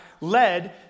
led